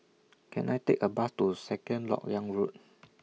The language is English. Can I Take A Bus to Second Lok Yang Road